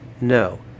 No